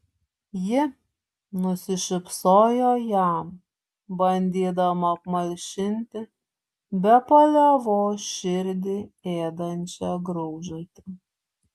ji nusišypsojo jam bandydama apmalšinti be paliovos širdį ėdančią graužatį